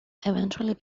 eventually